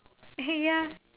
ya